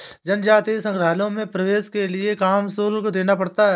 जनजातीय संग्रहालयों में प्रवेश के लिए काम शुल्क देना पड़ता है